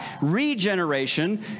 regeneration